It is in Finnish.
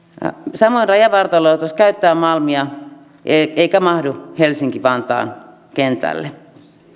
samoin rajavartiolaitos käyttää malmia eikä mahdu helsinki vantaan kentälle